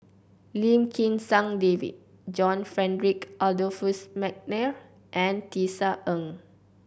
Lim Kim San David John Frederick Adolphus McNair and Tisa Ng